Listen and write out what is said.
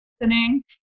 listening